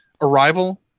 Arrival